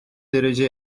derece